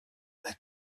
est